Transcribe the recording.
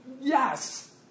yes